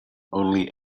only